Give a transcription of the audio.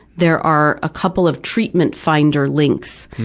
there are a couple of treatment finder links,